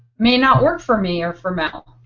may not work for me or for mel.